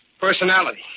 Personality